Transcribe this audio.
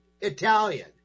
Italian